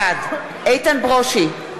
בעד איתן ברושי,